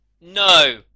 no